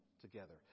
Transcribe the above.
together